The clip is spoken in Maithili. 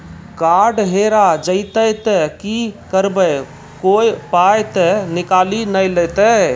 कार्ड हेरा जइतै तऽ की करवै, कोय पाय तऽ निकालि नै लेतै?